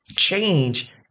change